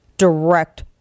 direct